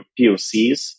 pocs